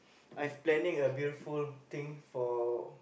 I've planning a beautiful thing for